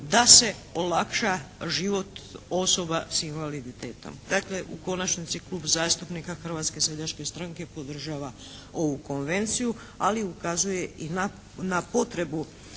da se olakša život osoba s invaliditetom. Dakle u konačnici Klub zastupnika Hrvatske seljačke stranke podržava ovu Konvenciju, ali ukazuje i na potrebu,